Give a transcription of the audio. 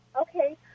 Okay